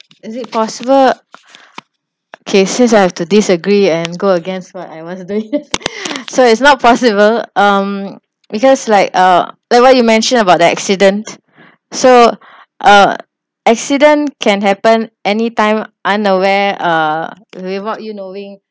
is it possible K since I have to disagree and go against what everyone's doing so it's not possible um because like uh like what you mention about the accident so uh accidents can happen anytime unaware uh without you knowing